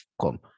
come